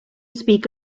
speak